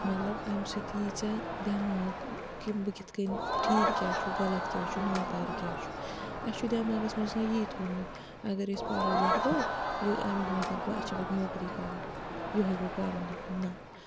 مطلب اَمہِ سۭتۍ یی ژےٚ دٮ۪ماغ کہِ بہٕ کِتھ کٔنۍ ٹھیٖک کیٛاہ چھُ غلط کیٛاہ چھُ ناکار کیٛاہ چھُ اَسہِ چھُ دٮ۪ماغَس منٛز آسان یی تھوٚمُت اگر أسۍ پَرو لٮ۪کھو یہِ اَمیُک مطلب گوٚو اَسہِ چھےٚ پَتہٕ نوکری کَرٕنۍ یِہوٚے گوٚو پَرُن لٮ۪کھُن نہ